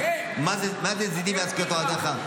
מה זה "זדים ביד עוסקי תורתך"?